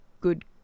good